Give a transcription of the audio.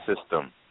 system